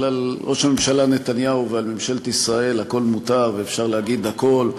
אבל על ראש הממשלה נתניהו ועל ממשלת ישראל הכול מותר ואפשר להגיד הכול.